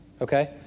Okay